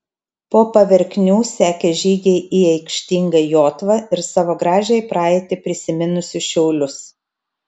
po paverknių sekė žygiai į aikštingą jotvą ir savo gražiąją praeitį prisiminusius šiaulius